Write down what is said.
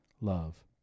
love